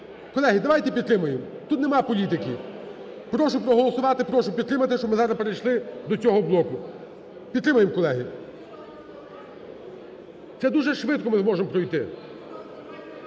Колеги, давайте підтримаємо, тут нема політики. Прошу проголосувати, прошу підтримати, щоб ми зараз перейшли до цього блоку. Підтримаємо, колеги, це дуже швидко ми зможемо пройти.